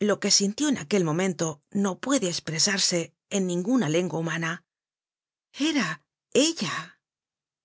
lo que sintió en aquel momento no puede espresarse en ninguna lengua humana era ella